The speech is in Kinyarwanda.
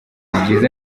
byiza